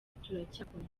turacyakomeza